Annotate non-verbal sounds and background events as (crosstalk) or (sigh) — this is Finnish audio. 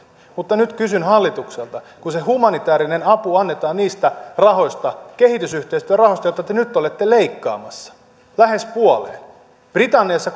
mutta nyt kysyn hallitukselta kun se humanitäärinen apu annetaan niistä rahoista kehitysyhteistyörahoista joita te nyt olette leikkaamassa lähes puoleen britanniassa (unintelligible)